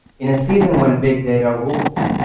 in a season when big data rules,